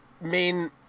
main